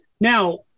now